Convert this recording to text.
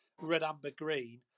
red-amber-green